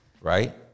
Right